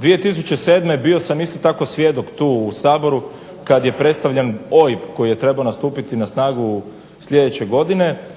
2007. bio sam isto tako svjedok tu u Saboru kad je predstavljen OIB koji je trebao nastupiti na snagu sljedeće godine